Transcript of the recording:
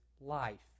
life